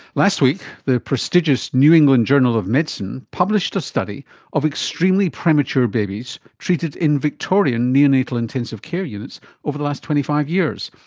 last week the prestigious new england journal of medicine published a study of extremely premature babies treated in victorian neonatal intensive care units over the last twenty five years,